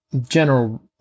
general